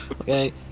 okay